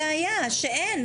אבל הבעיה היא שאין.